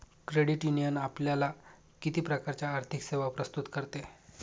Credit union आपल्याला किती प्रकारच्या आर्थिक सेवा प्रस्तुत करते?